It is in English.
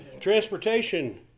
transportation